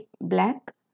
black